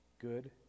good